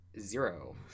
zero